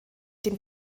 dem